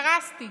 קרסתי.